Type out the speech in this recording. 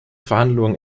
verhandlungen